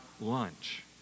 lunch